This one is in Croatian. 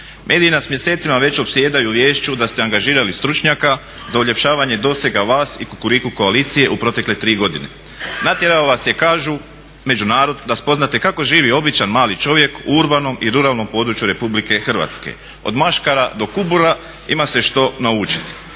mediji nas mjesecima već opsjedaju viješću da ste angažirali stručnjaka za uljepšavanje dosega vas i kukuriku koalicije u protekle 3 godine. Natjerao vas je kažu među narod da spoznate kako živi običan mali čovjek u urbanom i ruralnom području Republike Hrvatske od maškara do kubura ima se što naučiti.